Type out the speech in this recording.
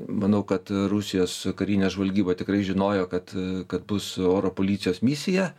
manau kad rusijos karinė žvalgyba tikrai žinojo kad kad bus oro policijos misija